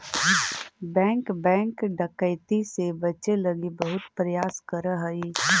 bank bank डकैती से बचे लगी बहुत प्रयास करऽ हइ